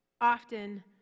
often